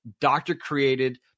Doctor-created